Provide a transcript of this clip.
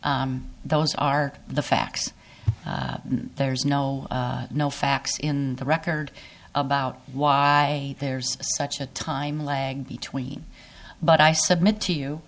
h those are the facts and there's no no facts in the record about why there's such a time lag between but i submit to